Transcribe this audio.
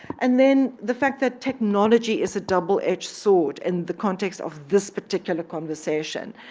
and then the fact that technology is a double edged sword in the context of this particular conversation.